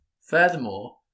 Furthermore